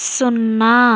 సున్నా